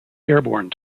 airborne